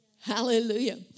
Hallelujah